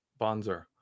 Bonzer